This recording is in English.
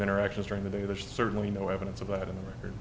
interactions during the day there's certainly no evidence of that in the record